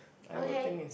okay